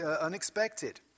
unexpected